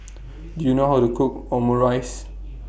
Do YOU know How to Cook Omurice